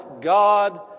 God